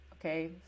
okay